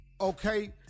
Okay